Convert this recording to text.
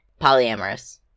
polyamorous